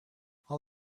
all